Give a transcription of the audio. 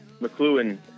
McLuhan